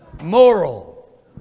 moral